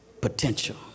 potential